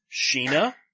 Sheena